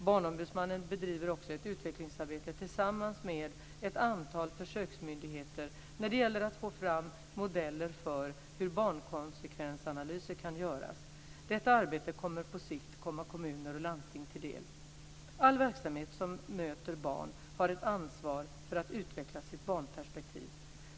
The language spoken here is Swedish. Barnombudsmannen bedriver också ett utvecklingsarbete tillsammans med ett antal försöksmyndigheter när det gäller att få fram modeller för hur barnkonsekvensanalyser kan göras. Detta arbete kommer på sikt att komma kommuner och landsting till del. Alla verksamheter som möter barn har ett ansvar för att utveckla sitt barnperspektiv.